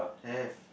have